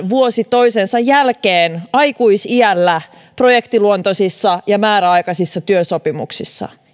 vuosi toisensa jälkeen aikuisiällä projektiluontoisissa ja määräaikaisissa työsopimuksissa